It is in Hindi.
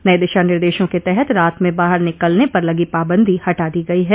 नए दिशा निर्देशों के तहत रात में बाहर निकलने पर लगी पाबंदी हटा दी गई है